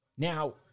Now